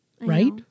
right